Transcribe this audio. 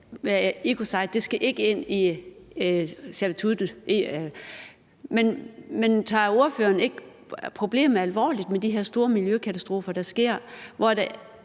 ecocide ikke skal ind i statutten. Men tager ordføreren ikke problemet alvorligt med de her store miljøkatastrofer, der sker,